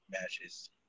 matches